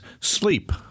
sleep